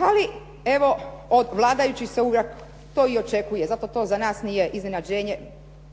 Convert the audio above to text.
Ali evo od vladajući se uvijek to i očekuje. Zato to za nas nije iznenađenje,